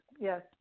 yes